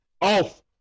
Off